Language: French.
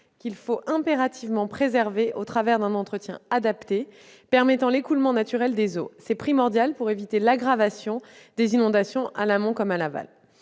qu'il faut impérativement préserver au travers d'un entretien adapté, permettant l'écoulement naturel des eaux. Cela est primordial pour éviter l'aggravation des inondations, à l'amont comme à l'aval.